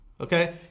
okay